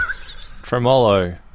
Tremolo